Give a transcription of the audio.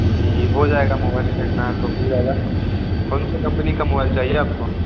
जी हो जाएगा मोबाइल का एम आई मिल जाएगा कौन सी कम्पनी का मोबाइल चाहिए आपको